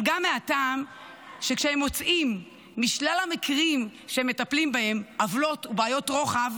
אבל גם מהטעם שכשהם מוצאים משלל המקרים שמטפלים בהם עוולות ובעיות רוחב,